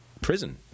prison